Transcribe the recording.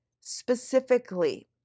specifically